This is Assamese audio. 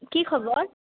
কি খবৰ